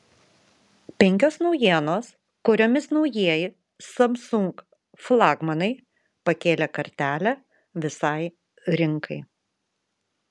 penkios naujienos kuriomis naujieji samsung flagmanai pakėlė kartelę visai rinkai